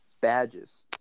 badges